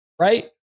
right